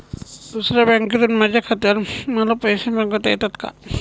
दुसऱ्या बँकेतून माझ्या खात्यावर मला पैसे मागविता येतात का?